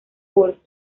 hurt